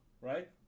right